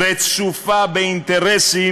רצופה באינטרסים